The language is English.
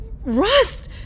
Rust